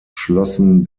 schlossen